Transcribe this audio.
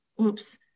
oops